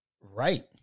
Right